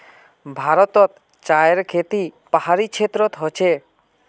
भारतोत चायर खेती पहाड़ी क्षेत्रोत होचे